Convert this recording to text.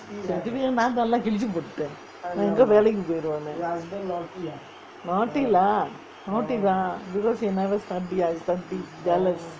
certificate நா எல்லாம் கிழிச்சு போட்டுட்டான் எங்கே வேலைக்கு போயிருவேன்னு:naa ellam kizhichu potuttaan engae velaikku poiruvennu naughty lah naughty தான்:thaan because he never study I study jealous